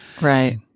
Right